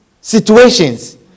situations